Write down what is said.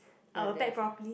uh pack probably